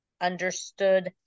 understood